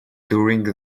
during